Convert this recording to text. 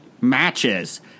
matches